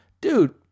Dude